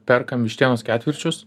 perkam vištienos ketvirčius